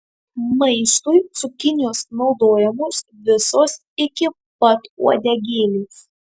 maistui cukinijos naudojamos visos iki pat uodegėlės